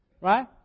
Right